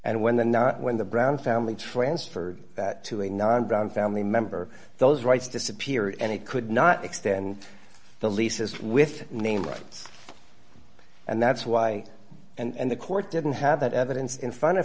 and when the not when the brown family transferred to a non brown family member those rights disappear and he could not extend the leases with name rights and that's why and the court didn't have that evidence in front of